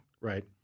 right